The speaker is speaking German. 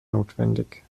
notwendig